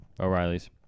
o'reilly's